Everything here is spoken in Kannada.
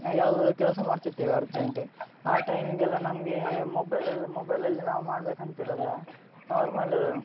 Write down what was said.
ಯಾವ ಕೆಲಸ ಮಾಡ್ತಿರ್ತೇವೆ ಅರ್ಜೆಂಟ್ ಆ ಟೈಮಿಗೆಲ್ಲ ನಮಗೆ ಮೊಬೈಲಲ್ಲಿ ಮೊಬೈಲಲ್ಲಿ ನಾವು ಮಾಡಬೇಕಂತಿರಲ್ಲ ನಾರ್ಮಲ್